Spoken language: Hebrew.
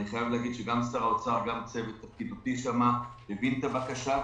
אני חייב להגיד שגם שר האוצר וגם צוות הפקידות שם הבין את הבקשה,